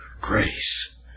grace